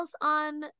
on